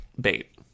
bait